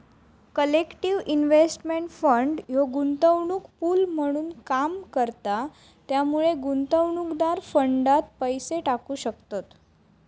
collective investment fund ह्यो गुंतवणूक pool म्हणून काम करता त्यामुळे गुंतवणूकदार फंडात पैसे टाकू शकतत